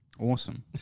Awesome